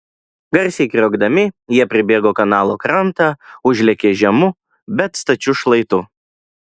garsiai kriokdami jie pribėgo kanalo krantą užlėkė žemu bet stačiu šlaitu